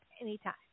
anytime